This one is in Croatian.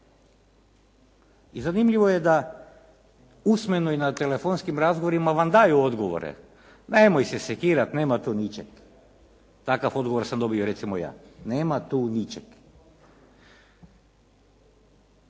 I zanimljivo je da usmeno i na telefonskim razgovorima vam daju odgovore. Nemoj se sekirati, nema tu ničega. Takav odgovor sam dobio recimo ja. Nema tu ničega.